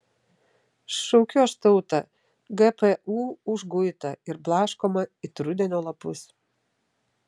šaukiu aš tautą gpu užguitą ir blaškomą it rudenio lapus